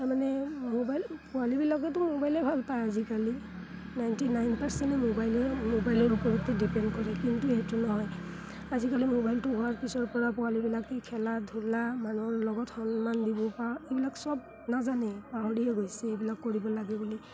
তাৰমানে মোবাইল পোৱালিবিলাকেতো মোবাইলে ভাল পায় আজিকালি নাইণ্টি নাইন পাৰ্চেণ্টে মোবাইলে মোবাইলৰ ওপৰতে ডিপেণ্ড কৰে কিন্তু সেইটো নহয় আজিকালি মোবাইলটো হোৱাৰ পিছৰ পৰা পোৱালিবিলাকে খেলা ধূলা মানুহৰ লগত সন্মান দিবৰপৰা এইবিলাক চব নাজানে পাহৰিয়ে গৈছে এইবিলাক কৰিব লাগে বুলি